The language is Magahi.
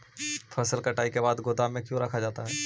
फसल कटाई के बाद गोदाम में क्यों रखा जाता है?